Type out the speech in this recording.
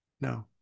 No